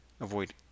avoid